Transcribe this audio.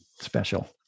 special